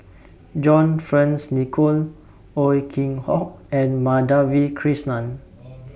John Fearns Nicoll Ow Hock and Madhavi Krishnan